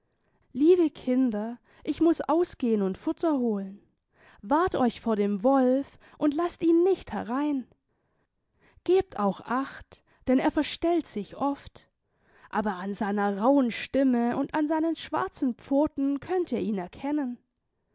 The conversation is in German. liebe kinder ich muß ausgehen und futter holen wahrt euch vor dem wolf und laßt ihn nicht herein gebt auch acht denn er verstellt sich oft aber an seiner rauhen stimme und an seinen schwarzen pfoten könnt ihr ihn erkennen